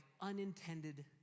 unintended